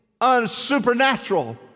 unsupernatural